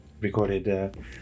recorded